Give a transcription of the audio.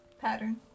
pattern